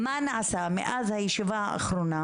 מה נעשה בנושא הזה מאז הישיבה האחרונה